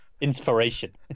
Inspiration